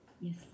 Yes